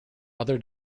other